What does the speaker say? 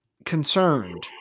Concerned